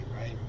right